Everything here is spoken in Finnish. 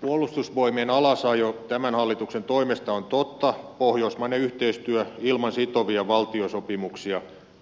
puolustusvoimien alasajo tämän hallituksen toimesta on totta pohjoismainen yhteistyö ilman sitovia valtiosopimuksia